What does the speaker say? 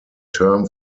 term